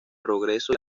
progreso